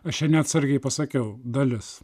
aš čia neatsargiai pasakiau dalis